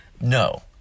No